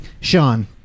Sean